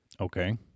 Okay